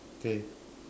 okay